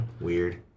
Weird